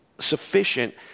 sufficient